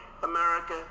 America